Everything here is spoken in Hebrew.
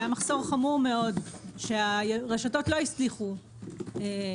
היה מחסור חמור מאוד שהרשתות לא הצליחו למלא.